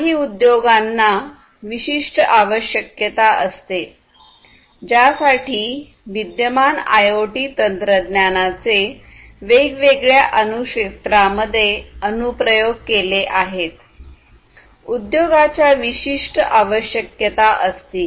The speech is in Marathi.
काही उद्योगांना विशिष्ट आवश्यकता असते ज्यासाठी विद्यमान आयओटी तंत्रज्ञानाचे वेगवेगळ्या अनु क्षेत्रांमध्ये अनुप्रयोग केले आहेत उद्योगांच्या विशिष्ट आवश्यकता असतील